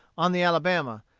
on the alabama,